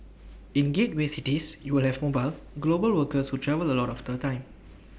in gateway cities you will have mobile global workers who travel A lot of the time